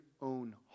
own